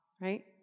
right